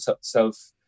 self